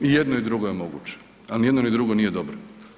I jedno i drugo je moguće, a nijedno, ni drugo nije dobro.